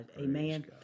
Amen